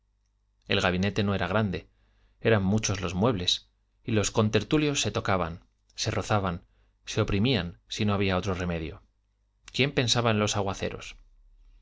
el gabinete no era grande eran muchos los muebles y los contertulios se tocaban se rozaban se oprimían si no había otro remedio quién pensaba en los aguaceros